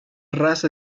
raza